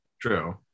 True